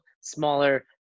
Smaller